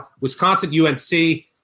Wisconsin-UNC